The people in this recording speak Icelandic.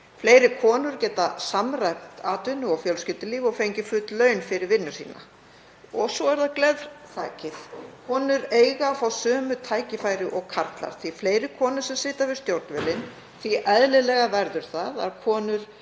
Fleiri konur geta samræmt atvinnu og fjölskyldulíf og fengið full laun fyrir vinnu sína. Og svo er það glerþakið. Konur eiga að fá sömu tækifæri og karlar. Því fleiri konur sem sitja við stjórnvölinn því eðlilegra verður það að konur